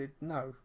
No